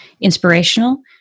inspirational